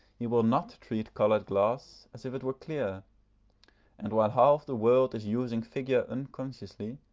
he will not treat coloured glass as if it were clear and while half the world is using figure unconsciously,